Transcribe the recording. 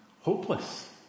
hopeless